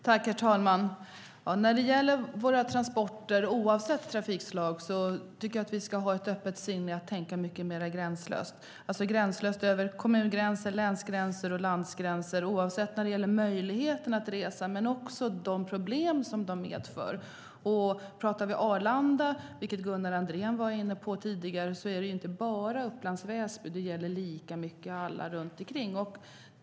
Herr talman! När det gäller våra transporter, oavsett trafikslag, tycker jag att vi ska ha ett öppet sinne och tänka mycket mer gränslöst över kommungränser, länsgränser och landsgränser i fråga om möjligheterna att resa men också i fråga om de problem som transporterna medför. Om vi talar om Arlanda, som Gunnar Andrén var inne på tidigare, handlar det inte bara om Upplands Väsby. Det gäller lika mycket alla andra kommuner runt om.